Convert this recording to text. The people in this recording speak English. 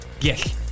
Yes